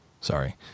Sorry